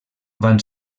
van